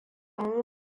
mu